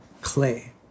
clay